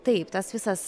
taip tas visas